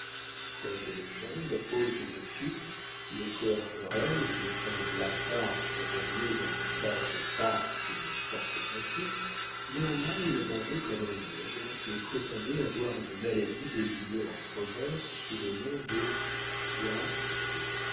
quoique les jambes hautes et fines le corps grêle et le teint blafard du chevalier n'annonçassent pas une forte santé néanmoins il mangeait comme un ogre et prétendait avoir une maladie désignée en province sous le nom de foie chaud